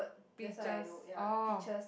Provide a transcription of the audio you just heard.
pictures oh